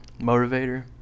motivator